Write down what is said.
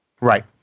Right